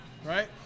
Right